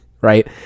right